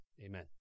Amen